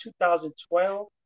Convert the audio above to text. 2012